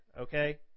okay